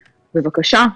בבקשה,